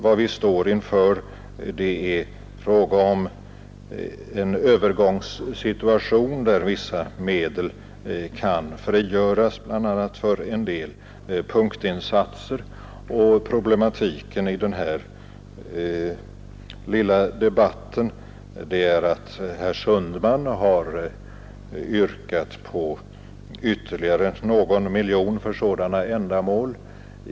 Vi befinner oss i en övergångssituation där vissa medel kan frigöras, bl.a. för en del punktinsatser, och problematiken i denna lilla debatt är att herr Sundman har yrkat på ytterligare någon miljon för detta ändamål.